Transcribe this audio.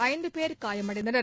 ஐந்து பேர் காயமடைந்தனர்